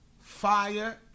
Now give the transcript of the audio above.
fire